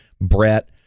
Brett